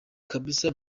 kabisa